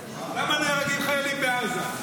למה נהרגים חיילים בעזה?